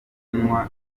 kunywa